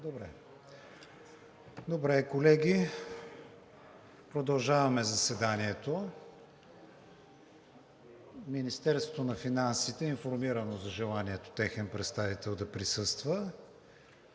Колеги, продължаваме заседанието. Министерството на финансите е информирано за желанието техен представител да присъства.